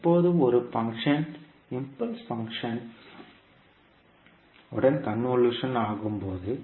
எப்போது ஒரு function impulse function உடன் கன்வொல்ட் ஆகும்போது